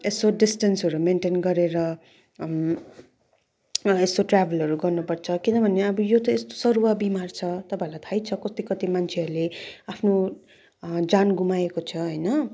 यसो डिस्टेन्सहरू मेन्टन गरेर यसो ट्राभलहरू गर्नु पर्छ किनभने अब यो त यस्तो सरुवा बिमार छ तपाईँहरूलाई थाहै छ कति कति मान्छेहरूले आफ्नो ज्यान गुमाएको छ होइन